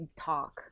talk